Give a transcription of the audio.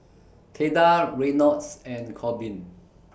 Theda Reynolds and Korbin